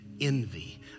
envy